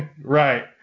Right